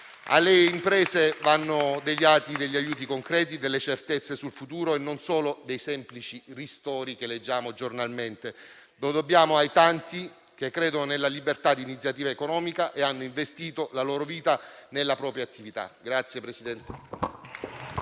Alle imprese vanno dati aiuti concreti e certezze sul futuro, e non solo semplici ristori di cui leggiamo giornalmente. Lo dobbiamo ai tanti che credono nella libertà di iniziativa economica e che hanno investito la loro vita nella propria attività.